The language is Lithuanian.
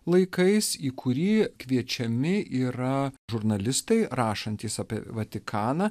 laikais į kurį kviečiami yra žurnalistai rašantys apie vatikaną